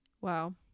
Wow